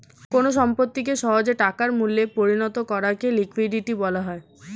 কোন সম্পত্তিকে সহজে টাকার মূল্যে পরিণত করাকে লিকুইডিটি বলা হয়